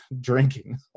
drinking